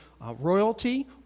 royalty